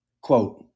quote